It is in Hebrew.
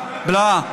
בלה,